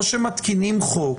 או שמתקינים חוק